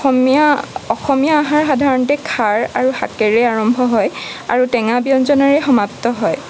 অসমীয়া অসমীয়া আহাৰ সাধাৰণতে খাৰ আৰু শাকেৰে আৰম্ভ হয় আৰু টেঙা ব্যঞ্জনেৰে সমাপ্ত হয়